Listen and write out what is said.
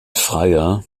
freier